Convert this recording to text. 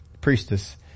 priestess